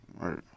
Right